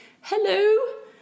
hello